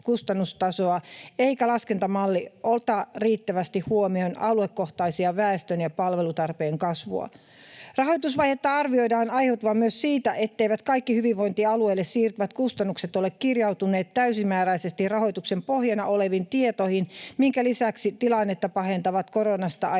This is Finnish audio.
eikä laskentamalli ota riittävästi huomioon aluekohtaista väestönkasvua ja palvelutarpeen kasvua. Rahoitusvajetta arvioidaan aiheutuvan myös siitä, etteivät kaikki hyvinvointialueille siirtyvät kustannukset ole kirjautuneet täysimääräisesti rahoituksen pohjana oleviin tietoihin, minkä lisäksi tilannetta pahentavat koronasta aiheutunut